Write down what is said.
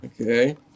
Okay